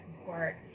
support